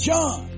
John